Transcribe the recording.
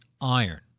iron